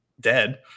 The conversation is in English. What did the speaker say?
dead